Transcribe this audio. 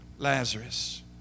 Lazarus